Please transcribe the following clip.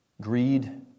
Greed